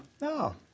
No